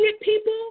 people